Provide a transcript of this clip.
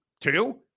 Two